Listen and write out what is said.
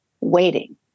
waiting